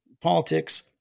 politics